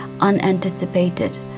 unanticipated